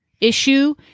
issue